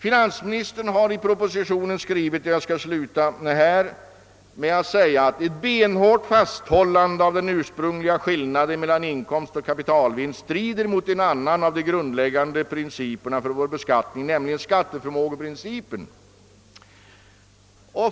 Finansministern skriver i propositionen att »ett benhårt fasthållande av den ursprungliga skillnaden mellan inkomst och kapitalvinst» synes »strida mot en annan av de grundläggande principerna för vår beskattning, nämligen skatteförmågeprincipen».